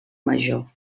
major